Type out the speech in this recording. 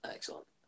Excellent